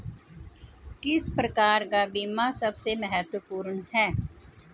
किस प्रकार का बीमा सबसे महत्वपूर्ण है?